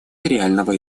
реального